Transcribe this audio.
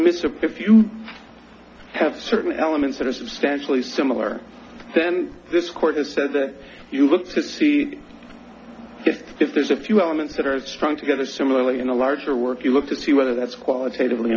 miss a if you have certain elements that are substantially similar then this court has said that you look to see if there's a few elements that are strung together similarly in a larger work you look to see whether that's qualit